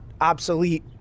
obsolete